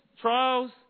trials